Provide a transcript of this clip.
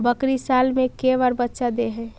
बकरी साल मे के बार बच्चा दे है?